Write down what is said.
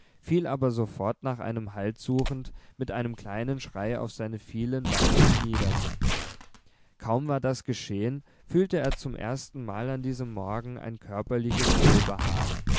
fiel aber sofort nach einem halt suchend mit einem kleinen schrei auf seine vielen beinchen nieder kaum war das geschehen fühlte er zum erstenmal an diesem morgen ein körperliches wohlbehagen